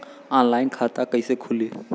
Online खाता कइसे खुली?